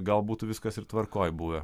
gal būtų viskas ir tvarkoj buvę